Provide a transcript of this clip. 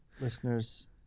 Listeners